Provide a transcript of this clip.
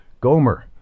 Gomer